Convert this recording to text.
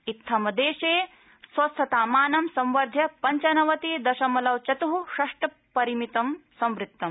इत्थं देशे स्वस्थतामानं संवर्ध्य पंच नवति दशमलव चतुः षट् परिमितम् संवृत्तम्